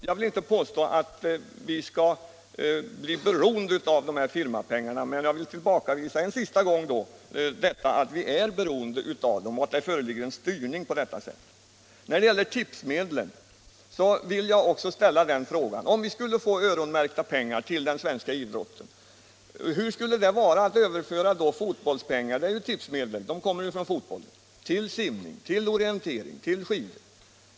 Jag vill inte påstå att vi skall bli beroende av firmapengar, men jag tillbakavisar en sista gång att vi är beroende av dem och att det skulle föreligga någon styrning. När det gäller tipsmedlen vill jag fråga: Om vi skulle införa systemet att öronmärka pengarna till den svenska idrotten, hur skulle vi då kunna överföra tipsmedlen, som ju kommer från fotbollen, till simning, orientering, skidsport?